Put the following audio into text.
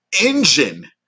engine